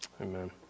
Amen